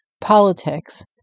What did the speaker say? politics